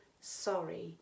sorry